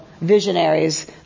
visionaries